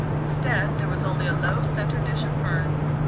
instead, there was only a low centre-dish of ferns,